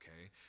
Okay